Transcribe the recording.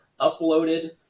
uploaded